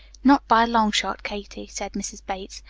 not by a long shot, katie, said mrs. bates.